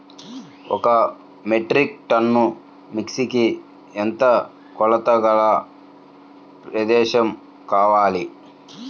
ఒక metric ton మిర్చికి ఎంత కొలతగల ప్రదేశము కావాలీ?